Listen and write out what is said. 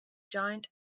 giant